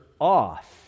off